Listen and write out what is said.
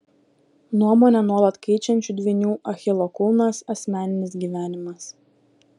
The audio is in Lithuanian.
nuomonę nuolat keičiančių dvynių achilo kulnas asmeninis gyvenimas